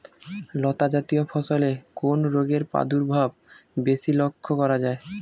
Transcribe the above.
লতাজাতীয় ফসলে কোন রোগের প্রাদুর্ভাব বেশি লক্ষ্য করা যায়?